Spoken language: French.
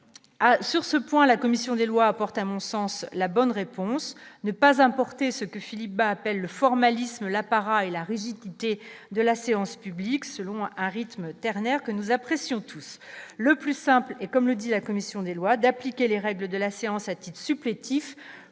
sur ce point, la commission des lois, à mon sens la bonne réponse, ne pas importer ce que Philippe Bas appelle le formalisme, l'apparat et la rigidité de la séance publique selon à rythme ternaire que nous apprécions tous le plus simple et comme le dit la commission des lois d'appliquer les règles de la séance, a-t-il supplétifs